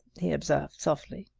he observed softly.